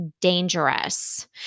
dangerous